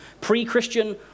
pre-Christian